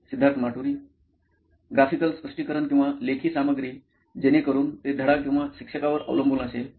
सिद्धार्थ माटुरी मुख्य कार्यकारी अधिकारी नॉइन इलेक्ट्रॉनिक्स ग्राफिकल स्पष्टीकरण किंवा लेखी सामग्री जेणेकरून ते धडा किंवा शिक्षकांवर अवलंबून असेल